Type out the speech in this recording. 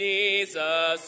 Jesus